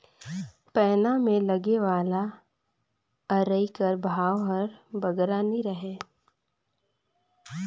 पैना मे लगे वाला अरई कर भाव हर बगरा नी रहें